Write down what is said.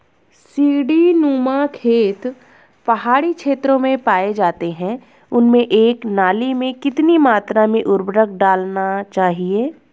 सीड़ी नुमा खेत पहाड़ी क्षेत्रों में पाए जाते हैं उनमें एक नाली में कितनी मात्रा में उर्वरक डालना चाहिए?